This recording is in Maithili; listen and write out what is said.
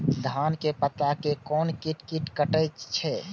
धान के पत्ता के कोन कीट कटे छे?